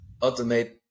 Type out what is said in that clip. automate